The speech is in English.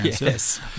yes